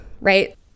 right